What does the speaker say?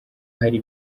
hari